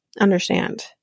understand